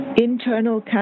internal